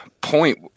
point